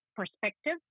perspective